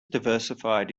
diversified